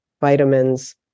vitamins